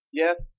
yes